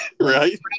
right